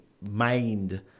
mind